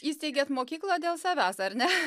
įsteigėt mokyklą dėl savęs ar ne